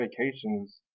vacations